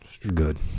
Good